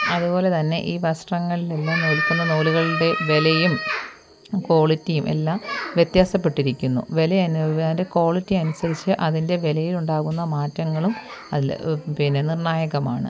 അത്പോലെ തന്നെ ഈ വസ്ത്രങ്ങളില്ലെല്ലാം നൂൽക്കുന്ന നൂലുകളുടെ വിലയും ക്വാളിറ്റിയും എല്ലാം വ്യത്യാസപ്പെട്ടിരിക്കുന്നു വില അതിൻ്റെ ക്വാളിറ്റി അനുസരിച്ച് അതിൻ്റെ വിലയിലുണ്ടാകുന്ന മാറ്റങ്ങളും അല്ല പിന്നെ നിർണ്ണായകമാണ്